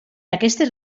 aquestes